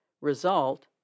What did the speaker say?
Result